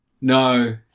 No